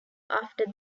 after